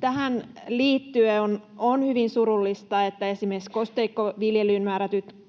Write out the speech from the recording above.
Tähän liittyen on hyvin surullista, että esimerkiksi kosteikkoviljelyyn määrätyt